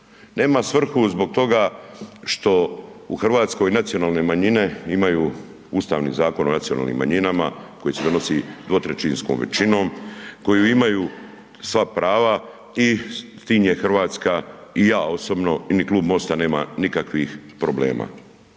Nema svrhu zbog toga što u Hrvatskoj nacionalne manjine imaju Ustavni zakon o nacionalnim manjinama koji se donosi 2/3 većinom koju imaju sva prava i s tim je Hrvatska i ja osobno i ni Klub MOST-a nema nikakvih problema.